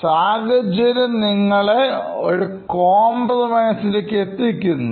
സാഹചര്യം നിങ്ങളെ ഒരു കോംപ്രമൈസ് എന്നതിലേക്ക്എത്തിക്കുന്നു